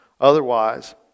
Otherwise